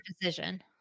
decision